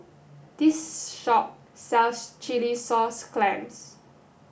this shop sells chilli sauce clams